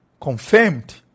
confirmed